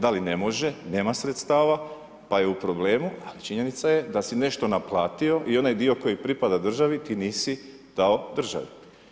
Da li ne može, nema sredstava pa je u problemu, ali činjenica je da si nešto naplatio i onaj dio koji pripada državi ti nisi dao državi.